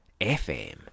FM